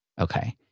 Okay